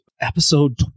episode